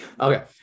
Okay